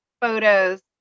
photos